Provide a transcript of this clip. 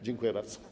Dziękuję bardzo.